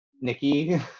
Nikki